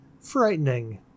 frightening